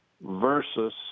versus